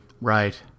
Right